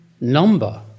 number